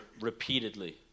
repeatedly